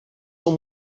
são